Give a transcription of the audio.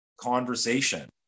conversation